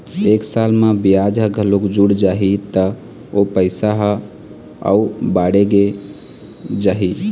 एक साल म बियाज ह घलोक जुड़ जाही त ओ पइसा ह अउ बाड़गे जाही